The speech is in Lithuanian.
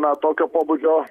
na tokio pobūdžio